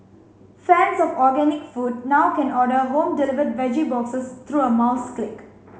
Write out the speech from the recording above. fans of organic food now can order home delivered veggie boxes through a mouse click